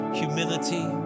humility